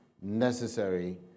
necessary